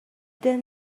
then